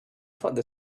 thought